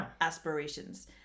aspirations